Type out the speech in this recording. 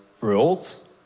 world